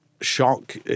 shock